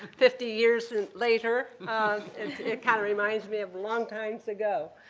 fifty years later it kind of reminds me of long times ago.